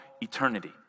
eternity